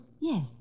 Yes